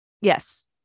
Yes